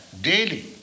daily